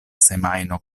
semajno